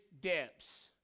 depths